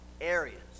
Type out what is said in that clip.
areas